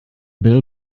bill